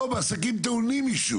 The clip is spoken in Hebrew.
לא, בעסקים טעונים רישוי.